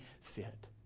fit